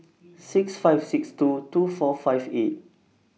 six five six two two four five eight